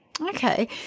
Okay